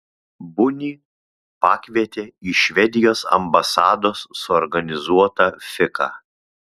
bunį pakvietė į švedijos ambasados suorganizuotą fiką